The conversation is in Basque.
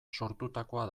sortutakoa